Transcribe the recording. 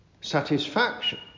satisfaction